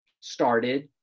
started